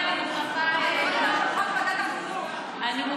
היית יושבת-ראש ועדת החינוך.